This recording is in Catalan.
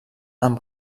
amb